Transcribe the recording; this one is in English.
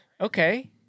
Okay